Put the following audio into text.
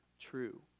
true